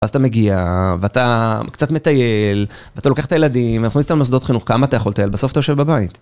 ואז אתה מגיע, ואתה קצת מטייל, ואתה לוקח את הילדים, ומכניס אותם למוסדות חינוך. כמה אתה יכול לטייל בסוף אתה יושב בבית